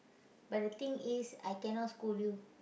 but the thing is I cannot scold you